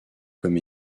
comme